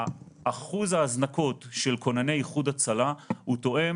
אחוז ההזנקות של כונני איחוד הצלה תואם